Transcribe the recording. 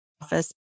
office